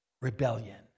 rebellion